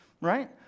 right